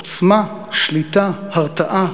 עוצמה, שליטה, הרתעה,